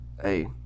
Hey